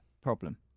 problem